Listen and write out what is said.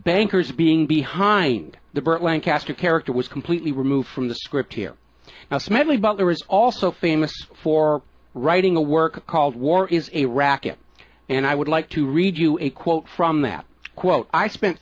bankers being behind the burt lancaster character was completely removed from the script here now smedley butler is also famous for writing a work called war is a racket and i would like to read you a quote from that quote i spent